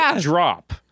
drop